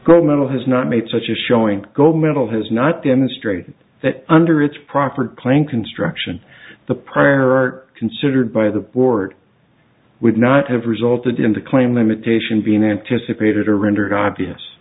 gold medal has not made such a showing gold medal has not demonstrated that under its proper claim construction the prior art considered by the board would not have resulted in the claim imitation being anticipated or rendered obvious